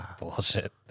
bullshit